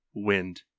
Wind